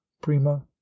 prima